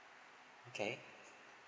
okay